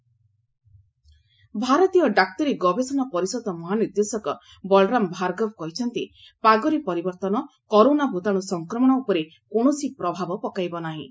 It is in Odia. କରୋନ ଭାଇରସ୍ ରେନ୍ ଭାରତୀୟ ଡାକ୍ତରୀ ଗବେଷଣା ପରିଷଦ ମହାନିର୍ଦ୍ଦେଶକ ବଳରାମ ଭାର୍ଗବ କହିଛନ୍ତି ପାଗରେ ପରିବର୍ତ୍ତନ କରୋନା ଭୂତାଣ୍ର ସଂକ୍ରମଣ ଉପରେ କୌଣସି ପ୍ରଭାବ ପକାଇବ ନାହିଁ